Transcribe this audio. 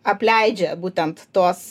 apleidžia būtent tuos